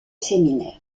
séminaire